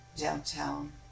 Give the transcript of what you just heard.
downtown